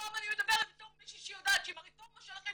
הפעם אני מדברת בתור מישהי שיודעת שאם הרפורמה שלכם